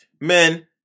men